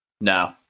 No